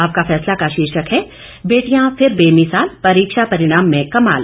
आपका फैसला का शीर्षक है बेटियां फिर बेमिसाल परीक्षा परिणाम में कमाल